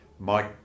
Mike